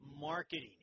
Marketing